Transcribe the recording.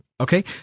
Okay